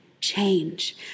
change